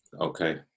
okay